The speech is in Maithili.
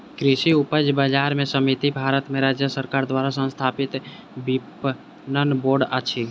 कृषि उपज बजार समिति भारत में राज्य सरकार द्वारा स्थापित विपणन बोर्ड अछि